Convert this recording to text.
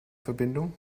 verbindung